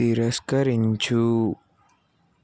తిరస్కరించు